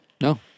No